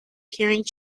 carrying